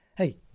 Hey